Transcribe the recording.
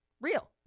real